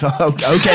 Okay